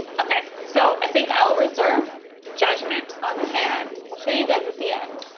okay, so, i think i'll reserve judgment on the hand, i'll show you guys at the end.